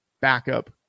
backup